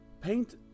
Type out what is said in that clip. paint